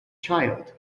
child